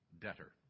debtor